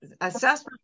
assess